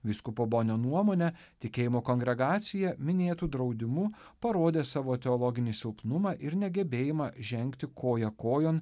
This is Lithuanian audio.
vyskupo bonio nuomone tikėjimo kongregacija minėtu draudimu parodė savo teologinį silpnumą ir negebėjimą žengti koja kojon